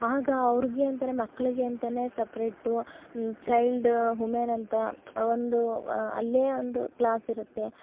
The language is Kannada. ಆಗ ಅವ್ರಿಗೇ ಅಂತಲೇ ಮಕ್ಕಳಿಗೆ ಅಂತಲೇ ಸಪ್ರೇಟು ಚೈಲ್ಡ್ ಹುಮೆನ್ ಅಂತ ಒಂದು ಅಲ್ಲೇ ಒಂದು ಕ್ಲಾಸಿರುತ್ತೆ